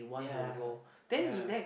yeah yeah